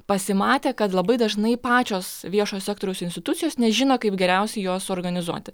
pasimatė kad labai dažnai pačios viešojo sektoriaus institucijos nežino kaip geriausiai juos suorganizuoti